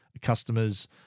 customers